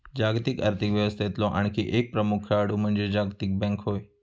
जागतिक आर्थिक व्यवस्थेतलो आणखी एक प्रमुख खेळाडू म्हणजे जागतिक बँक होय